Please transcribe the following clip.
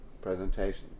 presentation